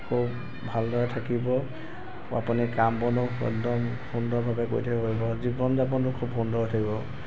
আকৌ ভালদৰে থাকিব আপুনি কাম বনো একদম সুন্দৰভাৱে কৰি থাকিব পাৰিব জীৱন যাপনো খুব সুন্দৰ হৈ থাকিব